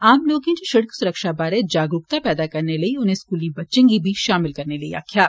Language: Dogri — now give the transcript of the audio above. आम लोकें इच शिड़क सुरक्षा बारै जागरूकता पैदा करने लेई उनें स्कूली बच्चें गी बी शामल करने लेई आक्खेया